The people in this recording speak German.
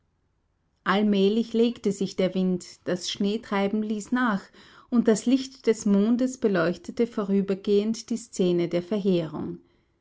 allmählich legte sich der wind das schneetreiben ließ nach und das licht des mondes beleuchtete vorübergehend die szene der verheerung